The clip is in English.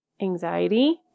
anxiety